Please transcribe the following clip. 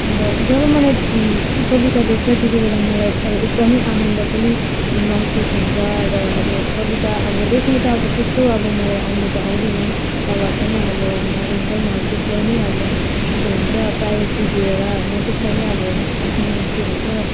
अन्त जब मलाई कविता लेख्छ त्यति बेला मलाई अब एकदमै आनन्द पनि महसुस हुन्छ र अब कविता अब लेख्न त त्यस्तो मलाई आउनु त आउँदैन र भए पनि अब म एकदम त्यसलाई नै अब के भन्छ प्राइयोरिटी दिएर होइन त्यसलाई नै अब आफ्नो के भन्छ